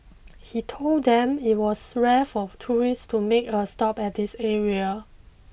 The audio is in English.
he told them it was rare for tourists to make a stop at this area